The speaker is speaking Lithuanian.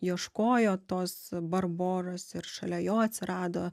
ieškojo tos barboros ir šalia jo atsirado